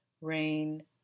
Rain